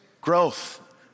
growth